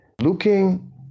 looking